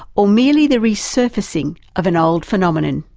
or merely the re-surfacing of an old phenomenon?